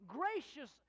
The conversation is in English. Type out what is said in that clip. gracious